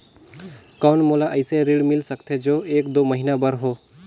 कौन मोला अइसे ऋण मिल सकथे जो एक दो महीना बर हो?